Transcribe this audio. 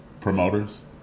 Promoters